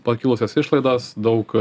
pakilusios išlaidos daug